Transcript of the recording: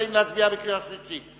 האם להצביע בקריאה שלישית?